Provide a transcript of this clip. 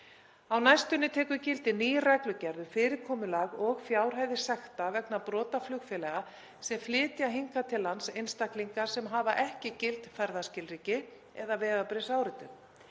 Á næstunni tekur gildi ný reglugerð um fyrirkomulag og fjárhæðir sekta vegna brota flugfélaga sem flytja hingað til lands einstaklinga sem hafa ekki gild ferðaskilríki eða vegabréfsáritun.